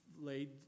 laid